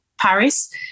Paris